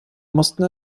mussten